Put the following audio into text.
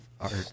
art